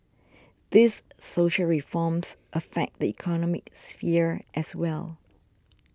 these social reforms affect the economic sphere as well